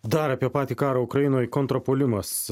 dar apie patį karą ukrainoj kontrpuolimas